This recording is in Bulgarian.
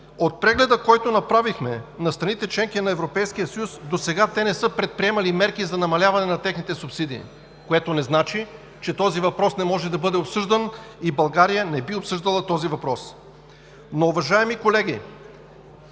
От прегледа, който направихме на страните – членки на Европейския съюз, досега те не са предприемали мерки за намаляване на техните субсидии, което не значи, че този въпрос не може да бъде обсъждан и България не би обсъждала този въпрос. Уважаеми колеги,